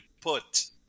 put